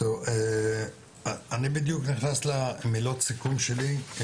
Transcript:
אני בדיוק נכנס למילות סיכום שלי,